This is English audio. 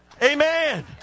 Amen